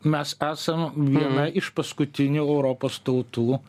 mes esam viena iš paskutinių europos tautų